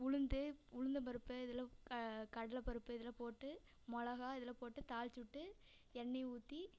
உளுந்து உளுந்தம்பருப்பு இதெல்லாம் கடலை பருப்பு இதெல்லாம் போட்டு மிளகா இதெல்லாம் போட்டு தாளிச்சு விட்டு எண்ணெயை ஊற்றி